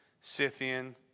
Scythian